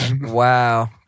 Wow